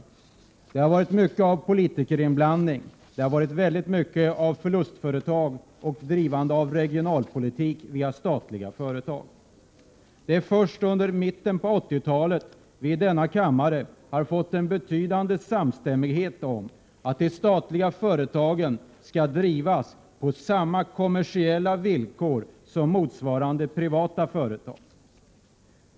Det har varit mycket av politikerinblandning. Det har varit väldigt mycket av förlustföretag och drivande av regionalpolitik via statliga företag. Det är först under mitten av 80-talet vi i denna kammare har nått en betydande samstämmighet om att de statliga företagen skall drivas på samma kommersiella villkor som motsvarande privata företag.